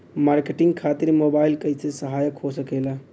Marketing खातिर mobile कइसे सहायक हो सकेला?